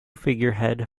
figurehead